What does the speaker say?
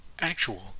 actual